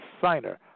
signer